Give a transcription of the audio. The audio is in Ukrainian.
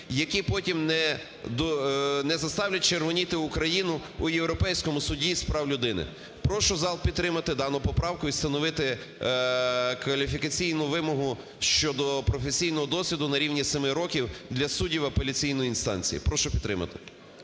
які потім не заставлять червоніти Україну у Європейському суді з прав людини. Прошу зал підтримати дану поправку і встановити кваліфікаційну вимогу, щодо професійного досвіду на рівні 7 років для суддів апеляційної інстанції. Прошу підтримати.